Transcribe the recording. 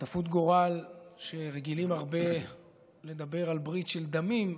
שותפות גורל שרגילים הרבה לדבר על ברית של דמים,